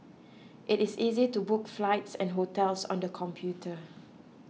it is easy to book flights and hotels on the computer